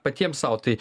patiems sau tai